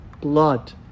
blood